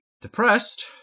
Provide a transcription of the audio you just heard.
depressed